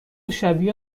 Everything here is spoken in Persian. شبیه